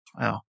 Wow